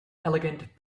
elegant